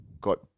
got